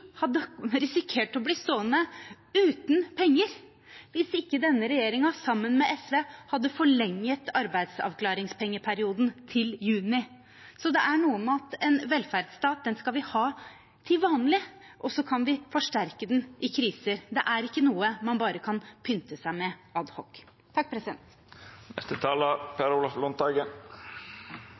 risikert å bli stående uten penger hvis ikke denne regjeringen sammen med SV hadde forlenget arbeidsavklaringspengeperioden til juni. Så det er noe med at en velferdsstat skal man ha til vanlig, og så kan vi forsterke den i kriser. Det er ikke noe man bare kan pynte seg med